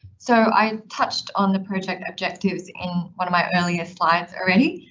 so i touched on the project objectives in one of my earlier slides or any,